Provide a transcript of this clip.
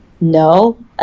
no